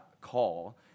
call